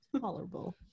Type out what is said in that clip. tolerable